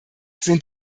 sind